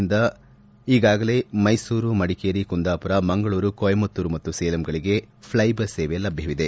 ನಿಂದ ಈಗಾಗಲೇ ಮೈಸೂರು ಮಡಿಕೇರಿ ಕುಂದಾಪುರ ಮಂಗಳೂರು ಕೊಯಿಮುತ್ತೂರು ಮತ್ತು ಸೇಲಂಗಳಿಗೆ ಈಗಾಗಲೇ ಫ್ಲೈಬಸ್ ಸೇವೆ ಲಭ್ಯವಿದೆ